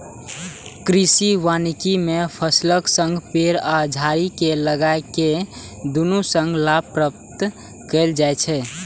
कृषि वानिकी मे फसलक संग पेड़ आ झाड़ी कें लगाके दुनू सं लाभ प्राप्त कैल जाइ छै